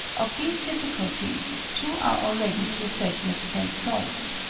of these difficulties two are already to a certain extent solved.